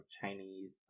Chinese